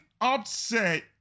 upset